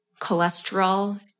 cholesterol